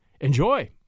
Enjoy